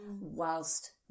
whilst